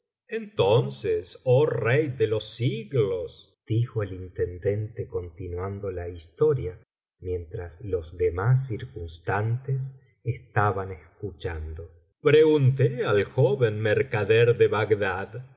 entonces oh rey de los siglos dijo el intendente continuando la historia mientras los demás circunstantes estaban escuchando pregunté al joven mercader de bagdad